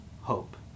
hope